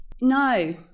No